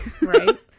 Right